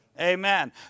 Amen